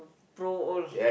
pro all